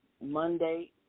Monday